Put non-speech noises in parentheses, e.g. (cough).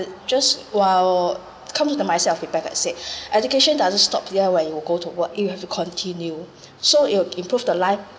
just well comes with the mindset of people that said (breath) education doesn't stop there when you go to work you have to continue so it'll improve the life